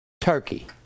Turkey